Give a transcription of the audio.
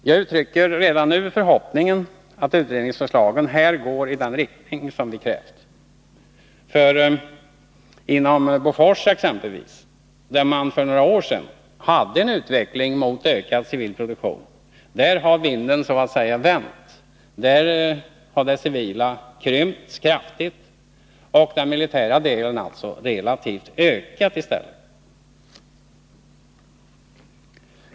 Jag uttrycker redan nu förhoppningen att utredningsförslagen här går i den riktning som vi har krävt. Inom Bofors exempelvis, där man för bara några år sedan hade en utveckling mot ökad civil produktion, har vinden vänt; där har den civila produktionen krympt kraftigt och den militära delen relativt sett ökat.